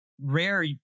rare